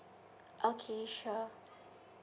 okay sure